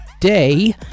Day